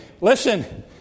Listen